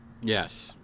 Yes